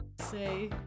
say